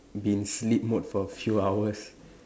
be in sleep mode for a few hours